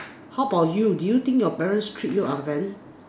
how about you do you think your parent treat you unfairly